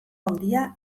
handia